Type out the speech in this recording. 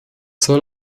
soll